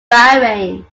bahrain